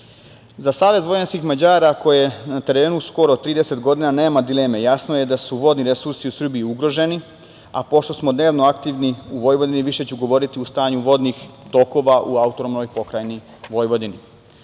Savez vojvođanskih Mađara, koji je na terenu skoro 30 godina, nema dileme. Jasno je da su vodni resursi u Srbiji ugroženi, a pošto smo dnevno aktivni u Vojvodini, više ću govoriti o stanju vodenih tokova u AP Vojvodini. Kada